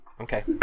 Okay